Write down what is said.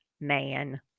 man